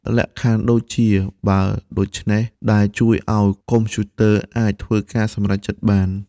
លក្ខខណ្ឌ ដូចជា "បើ...ដូច្នេះ..." ដែលជួយឱ្យកុំព្យូទ័រអាចធ្វើការសម្រេចចិត្តបាន។